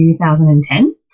2010